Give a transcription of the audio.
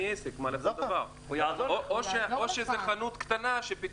אני עסק, או חנות קטנה.